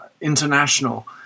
international